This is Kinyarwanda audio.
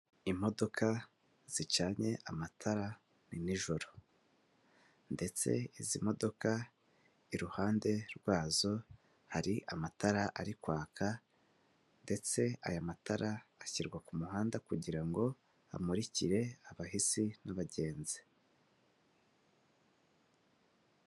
Imodoka zicanye amatara ni nijoro ndetse izi modoka iruhande rwazo hari amatara ari kwaka ndetse aya matara ashyirwa ku muhanda kugira ngo amurikire abahisi n'abagenzi.